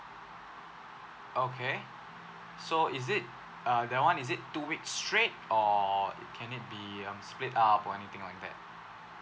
okay so is it a that [one] is it two weeks straight or can it be um split up or anything like that